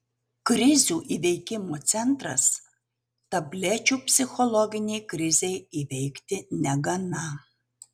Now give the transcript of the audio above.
krizių įveikimo centras tablečių psichologinei krizei įveikti negana